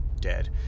dead